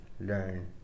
learn